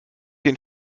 den